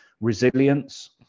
resilience